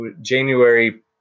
January